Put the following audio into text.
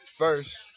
first